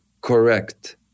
Correct